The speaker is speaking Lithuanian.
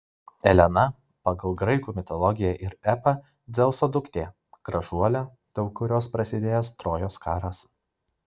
elena pagal graikų mitologiją ir epą dzeuso duktė gražuolė dėl kurios prasidėjęs trojos karas